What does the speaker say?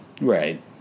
Right